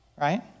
right